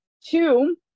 two